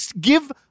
give